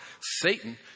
Satan